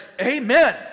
Amen